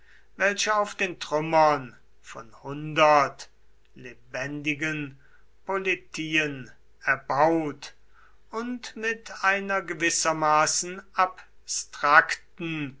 welcher auf den trümmern von hundert lebendigen politien erbaut und mit einer gewissermaßen abstrakten